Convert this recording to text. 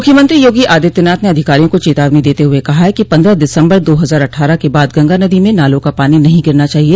मुख्यमंत्री योगी आदित्यनाथ ने अधिकारियों को चेतावनी देते हुए कहा है कि पन्द्रह दिसम्बर दो हजार अट्ठारह के बाद गंगा नदी में नालों का पानी नहीं गिरना चाहिए